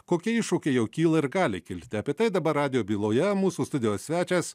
kokie iššūkiai jau kyla ir gali kilti apie tai dabar radijo byloje mūsų studijos svečias